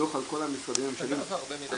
דוח על כל המשרדים הממשלתיים --- שנה זה הרבה מדי.